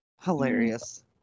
Hilarious